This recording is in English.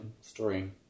story